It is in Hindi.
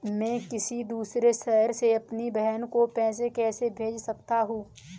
मैं किसी दूसरे शहर से अपनी बहन को पैसे कैसे भेज सकता हूँ?